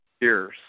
years